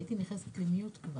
הייתי נכנסת למיוט.